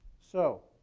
so